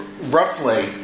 roughly